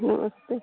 नमस्ते